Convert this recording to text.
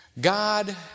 God